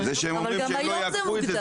זה שהם אומרים שהם לא יהפכו את זה,